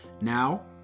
Now